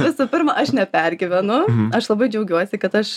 visų pirma aš nepergyvenu aš labai džiaugiuosi kad aš